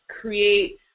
create